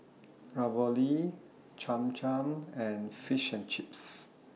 Ravioli Cham Cham and Fish and Chips